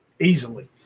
easily